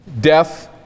death